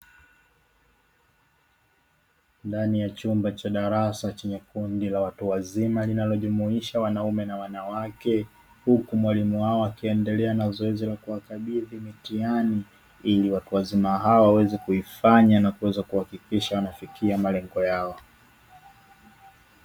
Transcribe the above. Ndani ya chumba cha darasa chenye kundi la watu wazima, linalojumuisha wanaume na wanawake, huku mwalimu wao akiendelea na zoezi la kuwakabidhi mitihani, ili watu wazima hao wafanye mitihani hiyo na kuweza kufikia malengo yao.